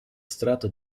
strato